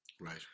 Right